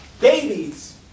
babies